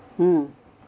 mm